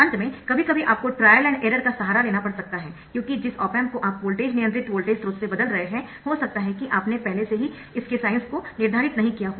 अंत में कभी कभी आपको ट्रायल और एरर का सहारा लेना पड़ सकता है क्योंकि जिस ऑप एम्प को आप वोल्टेज नियंत्रित वोल्टेज स्रोत से बदल रहे है हो सकता है कि आपने पहले से ही इसके साइन्स को निर्धारित नहीं किया हो